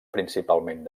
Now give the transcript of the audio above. principalment